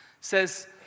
says